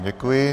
Děkuji.